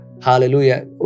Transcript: Hallelujah